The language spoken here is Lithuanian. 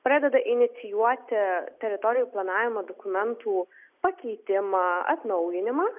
pradeda inicijuoti teritorijų planavimo dokumentų pakeitimą atnaujinimą